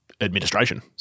administration